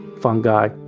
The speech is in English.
fungi